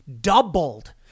doubled